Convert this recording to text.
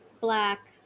black